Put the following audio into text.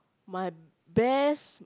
my best